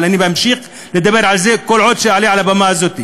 אבל אני אמשיך לדבר על זה כל עוד אעלה על הבמה הזאת,